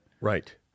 right